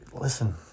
listen